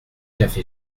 café